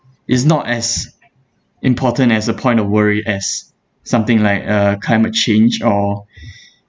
it's not as important as a point of worry as something like uh climate change or